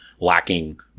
lacking